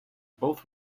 both